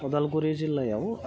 अदालगुरि जिल्लायाव